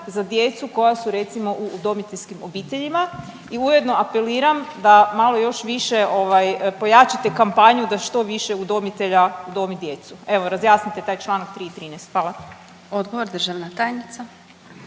za djecu koja su recimo u udomiteljskim obiteljima i ujedno apeliram da malo još više ovaj pojačate kampanju da što više udomitelja udomi djecu, evo razjasnite taj čl. 3. i 13. **Glasovac, Sabina